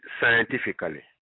scientifically